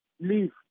leave